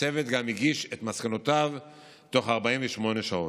הצוות גם הגיש את מסקנותיו תוך 48 שעות.